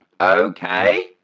Okay